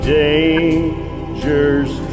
dangers